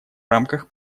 рамках